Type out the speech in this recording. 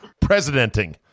presidenting